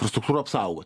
infrastruktūrą apsaugot